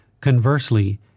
Conversely